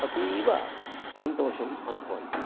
अतीवसन्तोषम् अनुभवन्ति